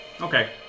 Okay